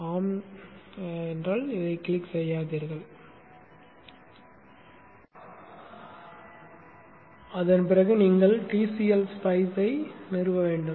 ஆம் என்பதைக் கிளிக் செய்யாதீர்கள் அதன் பிறகு நீங்கள் tcl spiceஐ நிறுவ வேண்டும்